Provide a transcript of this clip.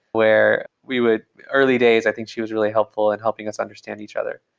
where we would early days, i think she was really helpful and helping us understand each other,